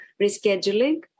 rescheduling